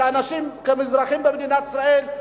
כאזרחים במדינת ישראל,